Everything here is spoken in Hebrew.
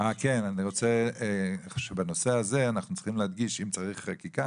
אנחנו צריכים להדגיש שאם צריך חקיקה,